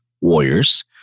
Warriors